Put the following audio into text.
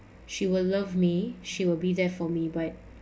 she will love me she will be there for me but